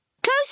Close